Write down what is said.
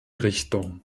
richtung